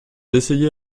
essayez